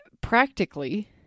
practically